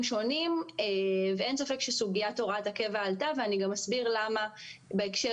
שונים ואין ספק שסוגיית הוראת הקבע עלתה ואני גם אסביר למה בהקשר